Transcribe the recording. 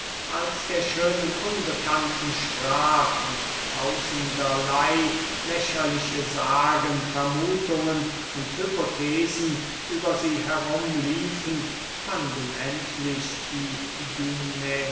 als der schönen unbekannten sprach und tausenderley lächerliche sagen vermuthungen und hypothesen über sie herumliefen fanden endlich die